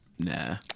Nah